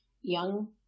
young